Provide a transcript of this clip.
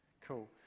cool